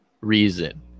reason